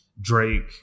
Drake